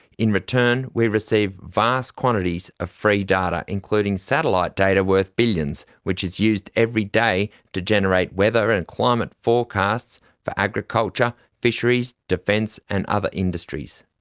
in return, we receive vast quantities of free data, including satellite data worth billions which is used every day to generate weather and climate forecasts for agriculture, fisheries, defence and other industries.